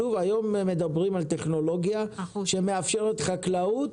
היום מדברים על טכנולוגיה שמאפשרת חקלאות